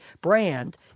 brand